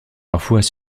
parfois